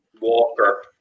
Walker